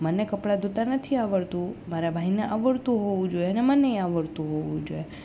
મને કપડાં ધોતાં નથી આવડતું મારા ભાઈને આવડતું હોવું જોઈએ અને મનેય આવડતું હોવું જોઈએ